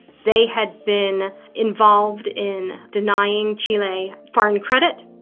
they had been involved in denying chile foreign credit.